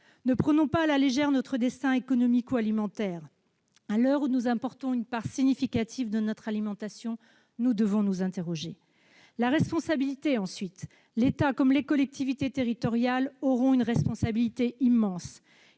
Ne prenons pas à la légère notre destin économique ou alimentaire. À l'heure où nous importons une part significative de notre alimentation, nous devons nous interroger. La responsabilité, ensuite. L'État comme les collectivités territoriales auront une responsabilité immense.